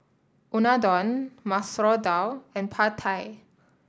Unadon Masoor Dal and Pad Thai